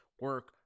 Work